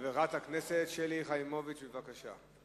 חברת הכנסת שלי יחימוביץ, בבקשה.